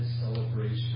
celebration